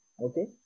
Okay